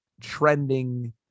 trending